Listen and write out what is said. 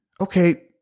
Okay